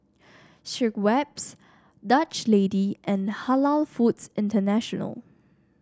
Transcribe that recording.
Schweppes Dutch Lady and Halal Foods International